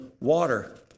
water